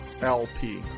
LP